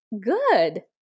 good